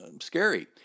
scary